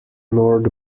north